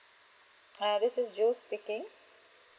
uh this is jules speaking